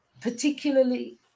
particularly